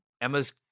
Emma's